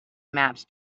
maps